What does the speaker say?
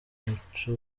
mico